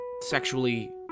sexually